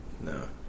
No